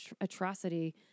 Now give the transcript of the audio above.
atrocity